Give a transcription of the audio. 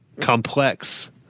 complex